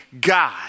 God